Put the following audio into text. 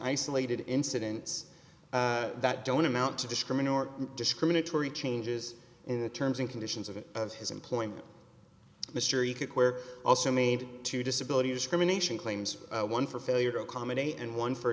isolated incidents that don't amount to discriminate or discriminatory changes in the terms and conditions of his employment history cookware also made to disability discrimination claims one for failure to accommodate and one for